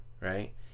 right